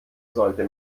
sollte